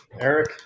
eric